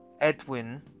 Edwin